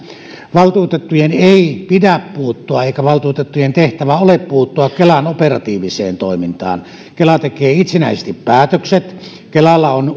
valtuutettujen ei pidä puuttua eikä valtuutettujen tehtävä ole puuttua kelan operatiiviseen toimintaan kela tekee itsenäisesti päätökset kelalla on